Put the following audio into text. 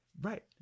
right